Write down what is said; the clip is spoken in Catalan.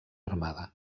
armada